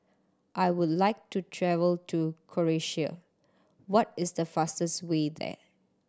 I would like to travel to Croatia what is the fastest way there